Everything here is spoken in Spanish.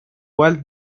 cual